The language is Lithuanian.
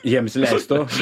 jiems leistų